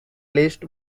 least